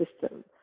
system